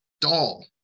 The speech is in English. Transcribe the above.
doll